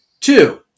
Two